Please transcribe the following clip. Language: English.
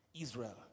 Israel